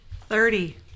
Thirty